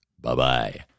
Bye-bye